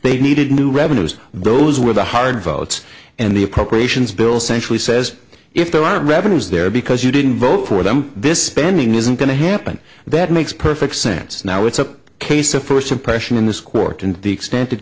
they needed new revenues those were the hard votes and the appropriations bill century says if there are revenues there because you didn't vote for them this spending isn't going to happen that makes perfect sense now it's a case of first impression in this court and the extent